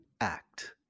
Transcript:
act